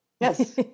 Yes